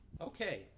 Okay